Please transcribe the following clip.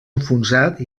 enfonsat